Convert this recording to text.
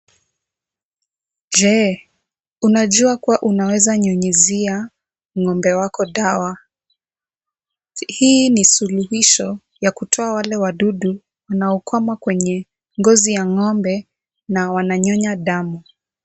Je, unajua kuwa unaweza nyunyizia ng'ombe wako dawa? hii ni suluhisho ya kutoa wale wadudu wanaokwama kwenye ngozi ya ng'ombe na wananyonya damu.